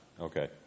okay